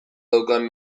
daukan